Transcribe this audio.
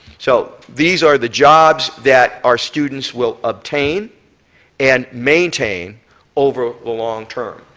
so these are the jobs that our students will obtain and maintain over the long term.